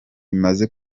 imaze